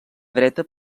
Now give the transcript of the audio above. dreta